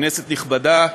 כנסת נכבדה,